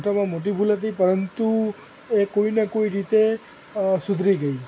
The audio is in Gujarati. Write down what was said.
મોટામાં મોટી ભૂલ હતી પરંતુ એ કોઈને કોઈ રીતે સુધરી ગઈ